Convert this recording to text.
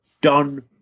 done